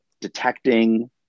detecting